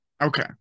Okay